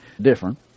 different